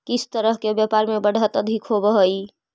किस तरह के व्यापार में बढ़त अधिक होवअ हई